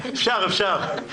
אפשר, אפשר.